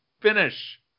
finish